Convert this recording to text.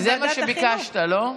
זה מה שביקשת, לא?